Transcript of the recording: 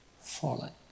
fallen